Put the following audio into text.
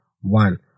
one